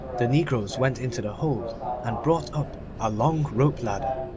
the negroes went into the hold and brought up a long rope-ladder,